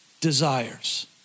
desires